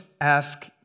ask